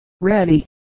ready